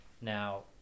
Now